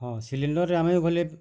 ହଁ ସିଲିଣ୍ଡରରେ ଆମେ ବୋଲେ